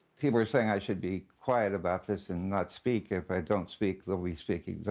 people are saying i should be quiet about this and not speak. if i don't speak, they'll be speaking,